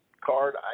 card